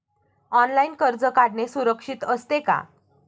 Online कर्ज काढणे सुरक्षित असते का?